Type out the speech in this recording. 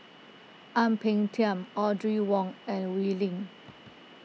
Ang Peng Tiam Audrey Wong and Wee Lin